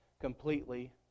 completely